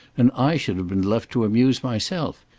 and i should have been left to amuse myself.